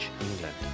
England